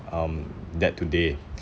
um that today